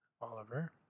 Oliver